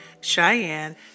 Cheyenne